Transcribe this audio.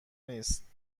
نیست